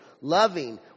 loving